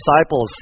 disciples